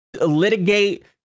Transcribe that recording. litigate